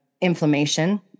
inflammation